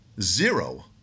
Zero